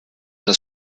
das